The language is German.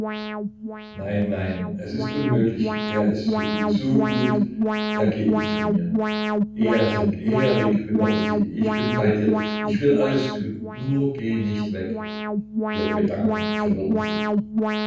nein nein es ist unmöglich er ist so gut so gut er geht nicht von mir erik erik wimmerte sie ich bin bei dir ich will alles tun nur geh nicht weg ihre gedanken verwirrten sich